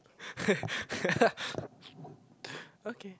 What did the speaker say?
okay